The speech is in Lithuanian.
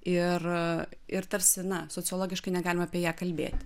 ir ir tarsi na sociologiškai negalima apie ją kalbėti